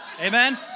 Amen